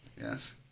Yes